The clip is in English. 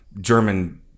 German